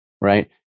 right